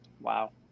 Wow